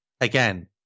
Again